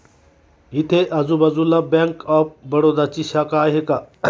इथे आजूबाजूला bank of बडोदाची शाखा आहे का?